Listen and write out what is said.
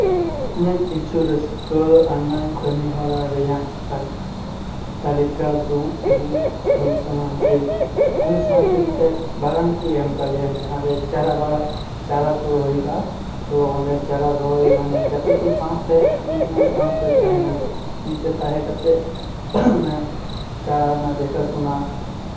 ᱤᱧᱟᱹᱜ ᱠᱤᱪᱷᱩ ᱨᱟᱹᱥᱠᱟᱹᱟᱱᱟᱝ ᱠᱟᱹᱢᱤ ᱦᱚᱨᱟ ᱨᱮᱭᱟᱜ ᱛᱟᱹᱞᱤᱠᱟ ᱫᱚ ᱦᱩᱭᱩᱜ ᱦᱩᱭᱩᱜ ᱠᱟᱱᱟ ᱡᱮ ᱟᱞᱮ ᱥᱟᱶᱛᱮ ᱢᱤᱫᱴᱮᱡ ᱵᱟᱜᱟᱱ ᱠᱚ ᱮᱢ ᱠᱟᱜ ᱞᱮᱭᱟ ᱡᱟᱦᱟᱸ ᱨᱮ ᱪᱟᱨᱟ ᱵᱟᱲᱟ ᱪᱟᱨᱟ ᱠᱚ ᱨᱚᱦᱚᱭ ᱠᱟᱜᱼᱟ ᱛᱚ ᱚᱸᱰᱮ ᱪᱟᱨᱟ ᱨᱚᱦᱚᱭ ᱢᱟᱱᱮ ᱜᱟᱛᱮ ᱠᱚ ᱥᱟᱶᱛᱮ ᱤᱧᱦᱚᱸ ᱥᱟᱶᱛᱮ ᱛᱟᱦᱮᱱᱟᱞᱤᱧ ᱢᱤᱫᱛᱮ ᱛᱟᱜᱮᱸ ᱠᱟᱛᱮ ᱚᱱᱟ ᱪᱟᱨᱟ ᱨᱮᱱᱟᱜ ᱫᱮᱠᱷᱟ ᱥᱩᱱᱟ